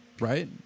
Right